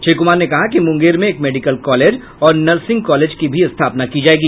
श्री कुमार ने कहा कि मुंगेर में एक मेडिकल कॉलेज और नर्सिंग कॉलेज की भी स्थापना की जायेगी